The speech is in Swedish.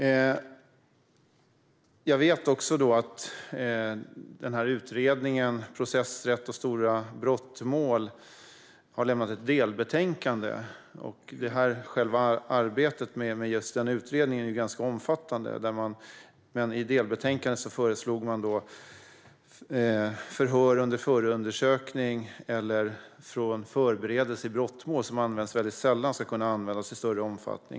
Utredningen om processrätt och stora brottmål har lämnat ett delbetänkande. Själva arbetet med den utredningen är ganska omfattande. I delbetänkandet föreslog man att förhör under förundersökning och förberedelse i brottmål, som används väldigt sällan, ska kunna användas i större omfattning.